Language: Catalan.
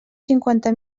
cinquanta